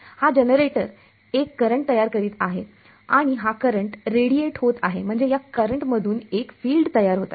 हा जनरेटर एक करंट तयार करीत आहे आणि हा करंट रेडिएट होत आहे म्हणजे या करंटमधून एक फिल्ड तयार होत आहे